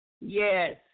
Yes